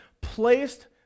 placed